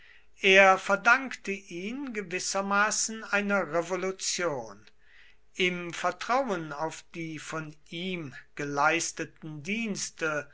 er verdankte ihn gewissermaßen einer revolution im vertrauen auf die von ihm geleisteten dienste